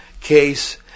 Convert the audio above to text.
case